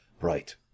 right